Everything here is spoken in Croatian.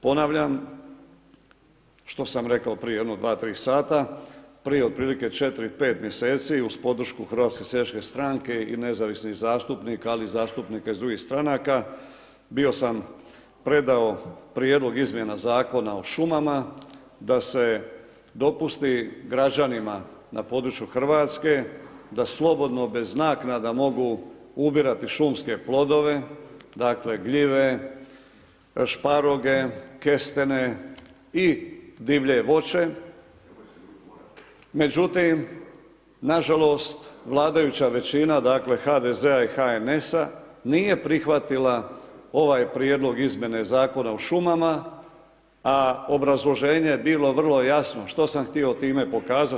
Ponavljam što sam rekao prije jedno dva, tri sata, prije otprilike četiri, pet mjeseci uz podršku HSS-a i nezavisnih zastupnika ali i zastupnika iz drugih stranaka, bio sam predao prijedlog izmjena Zakona o šumama da se dopusti građanima na području Hrvatske da slobodno bez naknada mogu ubirati šumske plodove, dakle gljive, šparoge, kestene i divlje voće međutim nažalost vladajuća većina, dakle HDZ-a i HNS-a nije prihvatila ovaj prijedlog izmjene Zakona o šumama a obrazloženje je bilo vrlo jasno što sam htio time pokazati.